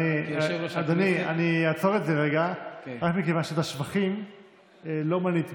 בעלי מאפיינים מסוימים למשך כמה חודשים נוספים.